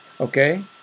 Okay